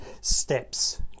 steps